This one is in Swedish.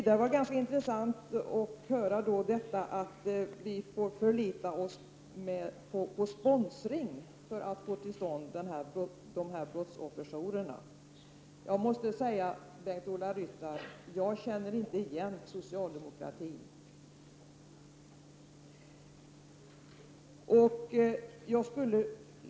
Det var ganska intressant att höra att vi får förlita oss på sponsring för att få till stånd brottsofferjourer. Jag känner inte igen socialdemokratin, Bengt Ola Ryttar.